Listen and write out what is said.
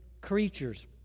creatures